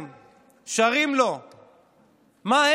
שהן מעבירות את הכאב שלהן,